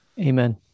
amen